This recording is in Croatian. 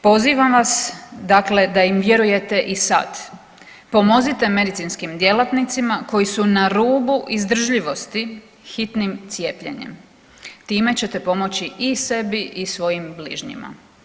Pozivam vas dakle da im vjerujete i sad, pomozite medicinskim djelatnicima koji su na rubu izdržljivosti hitnim cijepljenjem, time ćete pomoći i sebi i svojim bližnjima.